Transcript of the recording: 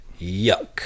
yuck